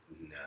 No